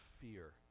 fear